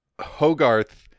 Hogarth